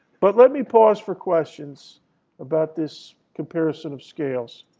but let me pause for questions about this comparison of scales.